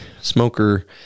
smoker